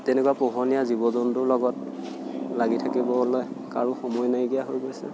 তেনেকুৱা পোহনীয়া জীৱ জন্তুৰ লগত লাগি থাকিবলৈ কাৰো সময় নাইকিয়া হৈ গৈছে